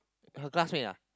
her classmate ah